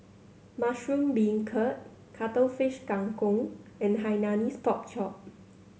mushroom beancurd Cuttlefish Kang Kong and Hainanese Pork Chop